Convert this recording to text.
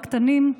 הקטנים,